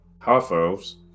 Half-elves